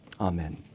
Amen